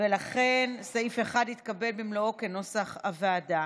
לכן סעיף 1 התקבל במלואו כנוסח הוועדה.